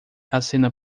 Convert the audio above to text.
acena